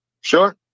Sure